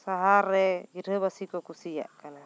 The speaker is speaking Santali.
ᱥᱟᱦᱟᱨ ᱨᱮ ᱜᱤᱨᱟᱹ ᱵᱟᱹᱥᱤ ᱠᱚ ᱠᱩᱥᱤᱭᱟᱜ ᱠᱟᱱᱟ